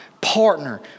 partner